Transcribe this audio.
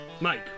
Mike